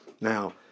Now